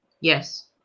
Yes